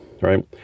right